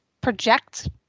project